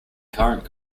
current